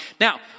Now